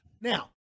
now